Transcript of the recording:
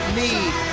need